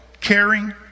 caring